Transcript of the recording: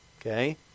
Okay